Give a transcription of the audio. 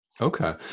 Okay